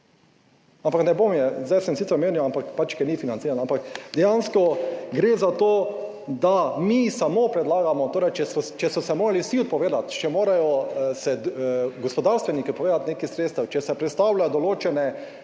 Ampak, ne bom je, zdaj sem sicer omenil ampak pač ker ni financirana. Ampak dejansko gre za to, da mi samo predlagamo, torej, če so se morali vsi odpovedati, če morajo se gospodarstveniki odpovedati nekaj sredstev, če se predstavlja določene,